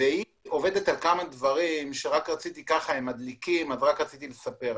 והיא עובדת על כמה דברים מדליקים שרציתי לספר עליהם.